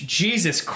jesus